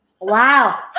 Wow